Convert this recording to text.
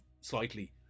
slightly